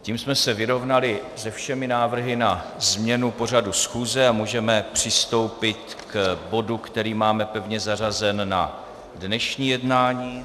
Tím jsme se vyrovnali se všemi návrhy na změnu pořadu schůze a můžeme přistoupit k bodu, který máme pevně zařazen na dnešní jednání.